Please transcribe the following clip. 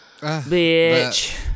Bitch